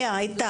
כן היתה.